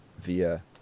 via